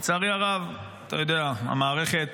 לצערי הרב, אתה יודע, המערכת